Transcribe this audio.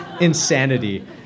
insanity